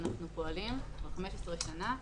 ואנחנו פועלים כבר 15 שנה.